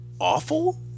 awful